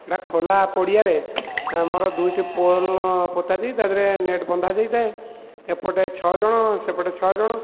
ସେଇଟା ଖୋଲା ପଡ଼ିଆରେ ଆମର ଦୁଇଟି ପୋଲ ପୋତାଯାଇ ତା ଦେହରେ ନେଟ୍ ବନ୍ଧାଯାଇଥାଏ ଏପଟେ ଛଅ ଜଣ ସେପଟେ ଛଅ ଜଣ